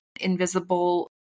invisible